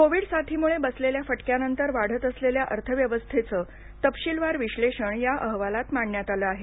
Covid साथीमुळे बसलेल्या फटक्यानंतर वाढत असलेल्या अर्थव्यवस्थेचं तपशीलवार विश्लेषण या अहवालात मांडण्यात आलं आहे